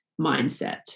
mindset